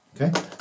okay